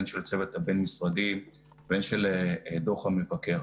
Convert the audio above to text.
הן של הצוות הבין-משרדי והן של דוח המבקר,